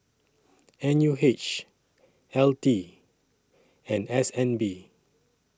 N U H L T and S N B